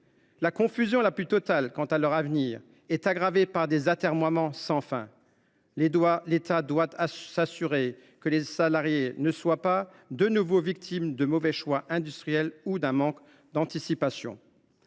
La confusion la plus totale quant à l’avenir de ces emplois est aggravée par les atermoiements sans fin des uns et des autres. L’État doit s’assurer que les salariés ne soient pas de nouveau victimes de mauvais choix industriels ou d’un manque d’anticipation.